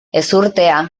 ezurtea